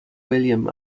william